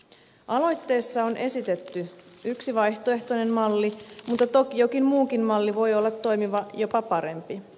aloitteessa on esitetty yksi vaihtoehtoinen malli mutta toki jokin muukin malli voi olla toimiva jopa parempi